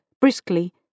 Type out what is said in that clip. briskly